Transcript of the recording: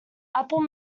apple